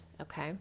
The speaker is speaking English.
okay